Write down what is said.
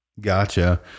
Gotcha